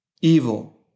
evil